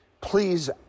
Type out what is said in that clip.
please